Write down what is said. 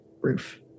roof